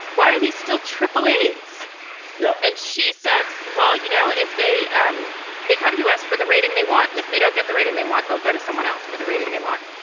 why are these still tripolis? yeah and she says, well, you know, if they um they come to us for the rating they want. and if they don't get the rating they want, they'll go to someone else for the rating they want.